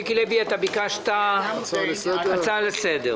מיקי לוי, ביקשת הצעה לסדר.